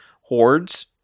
hordes